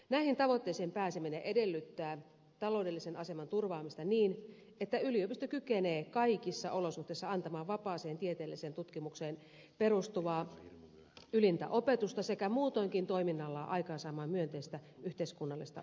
näihin tavoitteisiin pääseminen edellyttää taloudellisen aseman turvaamista niin että yliopisto kykenee kaikissa olosuhteissa antamaan vapaaseen tieteelliseen tutkimukseen perustuvaa ylintä opetusta sekä muutoinkin toiminnallaan aikaansaamaan myönteistä yhteiskunnallista vaikutusta